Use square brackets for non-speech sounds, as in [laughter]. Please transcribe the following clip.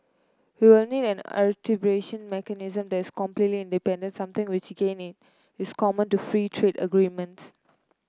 we will need an [unintelligible] mechanism that is completely independence something which gaining is common to free trade agreements